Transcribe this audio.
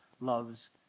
loves